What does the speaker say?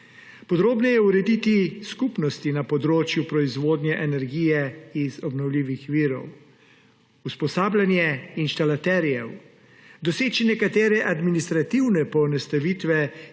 podrobneje urediti skupnosti na področju proizvodnje energije iz obnovljivih virov; usposabljanje inštalaterjev; doseči nekatere administrativne poenostavitve